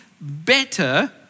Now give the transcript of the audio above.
better